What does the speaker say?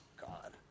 God